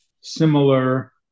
similar